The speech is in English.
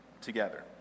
together